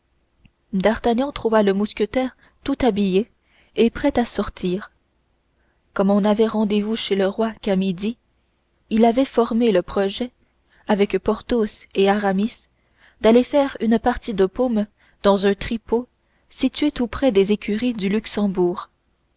d'artagnan trouva le mousquetaire tout habillé et prêt à sortir comme on n'avait rendez-vous chez le roi qu'à midi il avait formé le projet avec porthos et aramis d'aller faire une partie de paume dans un tripot situé tout près des écuries du luxembourg